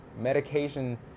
medication